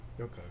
Okay